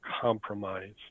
compromise